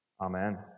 Amen